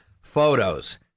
photos